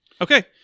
okay